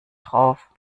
drauf